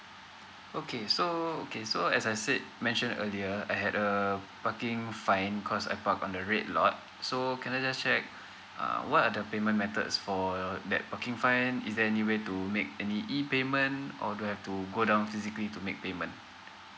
okay so okay so as I said mentioned earlier I had uh parking fine cause I parked on the red lot so can I just check uh what are the payment methods for that parking fine is there any way to make any e payment or do I have to go down physically to make payment